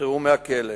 שהשתחררו מהכלא.